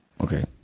Okay